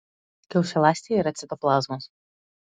kiaušialąstėje yra citoplazmos